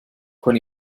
con